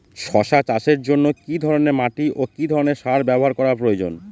শশা চাষের জন্য কি ধরণের মাটি ও কি ধরণের সার ব্যাবহার করা প্রয়োজন?